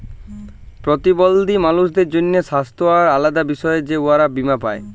পরতিবল্ধী মালুসদের জ্যনহে স্বাস্থ্য আর আলেদা বিষয়ে যে উয়ারা বীমা পায়